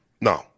No